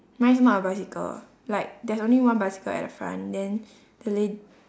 mine is not a bicycle like there's only one bicycle at the front then the lad~